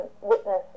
witness